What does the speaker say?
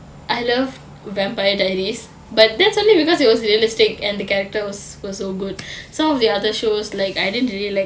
I love vampire diaries but that's only because it was realistic and the characters were so good some of the other shows like I didn't really like